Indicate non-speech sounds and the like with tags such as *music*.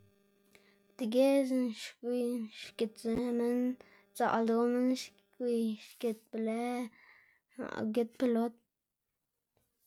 *noise* degiedzná xwiyná xgitzë minn, sdzaꞌl ldoꞌ minn xwiy xgit be lë *hesitation* ugit pelot.